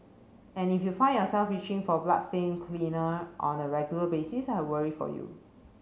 and if you find yourself reaching for bloodstain cleaner on a regular basis I worry for you